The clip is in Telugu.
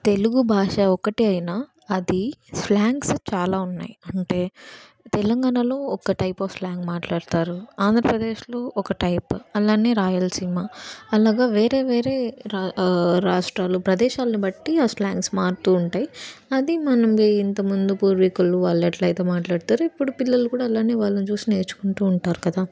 తెలుగు భాష ఒక్కటే అయినా అది స్లాంగ్స్ చాలా ఉన్నాయి అంటే తెలంగాణలో ఒక టైప్ ఆఫ్ స్లాంగ్ మాట్లాడతారు ఆంధ్రప్రదేశ్లో ఒక టైప్ అలానే రాయలసీమ అలాగ వేరే వేరే రా రాష్ట్రాలు ప్రదేశాలని బట్టి ఆ స్లాంగ్స్ మారుతూ ఉంటయ్ అది మనం వే ఇంత ముందు పూర్వీకులు వాళ్ళెట్లాయితే మాట్లాడతరో ఇప్పుడు పిల్లలు కూడా అలానే వాళ్ళని చూశి నేర్చుకుంటూ ఉంటారు కదా